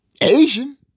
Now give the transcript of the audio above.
Asian